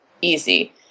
easy